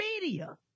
media